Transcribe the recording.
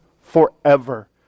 forever